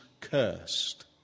cursed